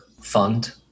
fund